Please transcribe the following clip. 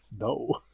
no